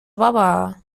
بابا